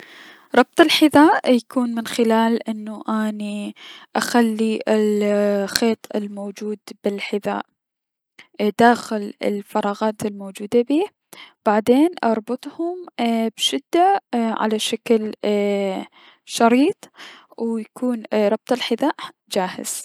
ربط الحذاي اي- يكون من خلال انو اني اخلي الخيط الموجود بلحذاي اي- داخل ال فراغات الموجودة بيه بعدين اربطهم بشدة اي- على شكل كريط و يكون ربط الحذاء جاهز.